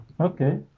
Okay